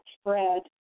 spread